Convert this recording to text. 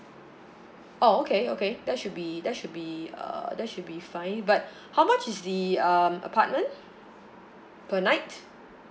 oh okay okay that should be that should be uh that should be fine but how much is the um apartment per night